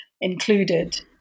included